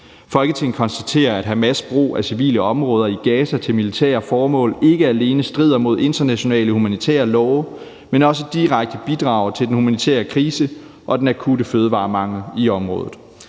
Folketinget konstaterer, at Hamas' brug af civile områder i Gaza til militære formål ikke alene strider mod internationale humanitære love, men også direkte bidrager til den humanitære krise og den akutte fødevaremangel i området.